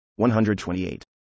128